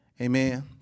Amen